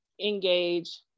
engage